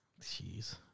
Jeez